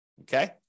okay